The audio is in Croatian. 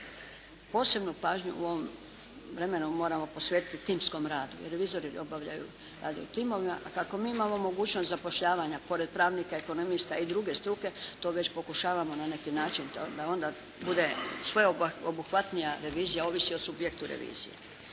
Posebnu pažnju u ovom vremenu moramo posvetiti timskom radu. Reviziji obavljaju, rade u timovima a kako mi imamo mogućnost zapošljavanja pored pravnika i ekonomista i druge struke to već pokušavamo na neki način da onda bude sveobuhvatnija revizija ovisi o subjektu revizije.